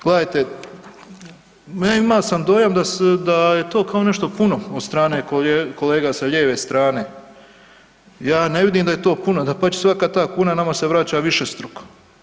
Gledajte imao sam dojam da je to kao nešto puno od strane kolega sa lijeve strane, ja ne vidim da je to puno dapače svaka ta kuna nama se vraća višestruko.